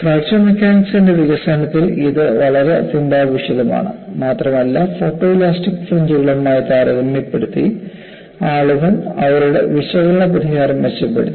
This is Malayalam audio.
ഫ്രാക്ചർ മെക്കാനിക്സിന്റെ വികസനത്തിൽ ഇത് വളരെ അത്യന്താപേക്ഷിതമാണ് മാത്രമല്ല ഫോട്ടോഇലാസ്റ്റിക് ഫ്രിഞ്ച്കളുമായി താരതമ്യപ്പെടുത്തി ആളുകൾ അവരുടെ വിശകലന പരിഹാരം മെച്ചപ്പെടുത്തി